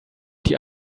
die